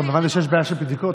גם הבנתי שיש בעיה של בדיקות,